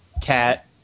Cat